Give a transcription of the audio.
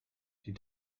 die